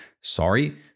Sorry